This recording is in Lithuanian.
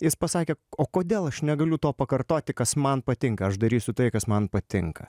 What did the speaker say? jis pasakė o kodėl aš negaliu to pakartoti kas man patinka aš darysiu tai kas man patinka